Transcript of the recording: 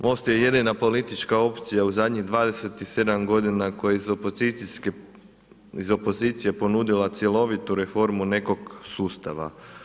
MOST je jedina politička opcija u zadnjih 27. g. koja je iz opozicije ponudila cjelovitu reformu nekog sustava.